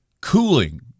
cooling